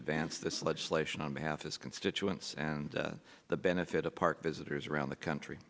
advance this legislation on behalf of constituents and the benefit of park visitors around the country